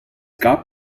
gab